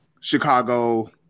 Chicago